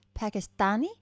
Pakistani